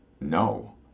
no